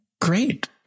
great